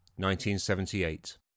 1978